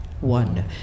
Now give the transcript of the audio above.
One